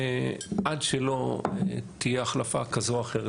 עד שלא תהיה החלפה כזו או אחרת,